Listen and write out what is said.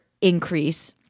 increase